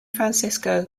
francisco